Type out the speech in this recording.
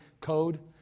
code